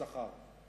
השכר.